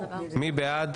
מי בעד?